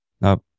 Now